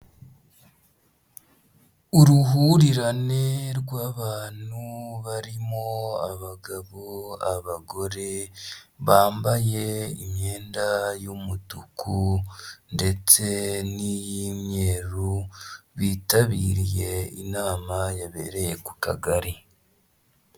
Uruhurirane rw'abantu barimo abagabo, abagore bambaye imyenda yumutuku ndetse n'y'imyeru bitabiriye inama yabereye ku kagari.